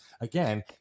Again